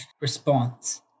response